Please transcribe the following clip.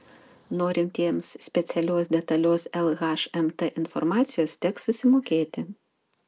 norintiems specialios detalios lhmt informacijos teks susimokėti